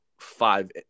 five